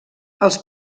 els